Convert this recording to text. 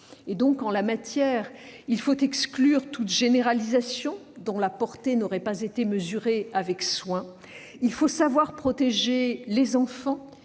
Dans ce domaine, il faut exclure toute généralisation dont la portée n'aurait pas été mesurée avec soin. Il faut savoir protéger les enfants